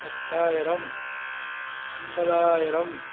பத்தாயிரம் ஐம்பதாயிரம்